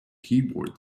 keyboard